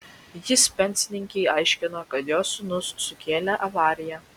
jis pensininkei aiškino kad jos sūnus sukėlė avariją